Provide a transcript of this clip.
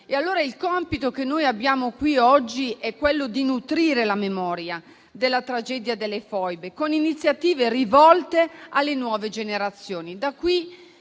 Il compito che noi abbiamo qui oggi è allora quello di nutrire la memoria della tragedia delle foibe, con iniziative rivolte alle nuove generazioni.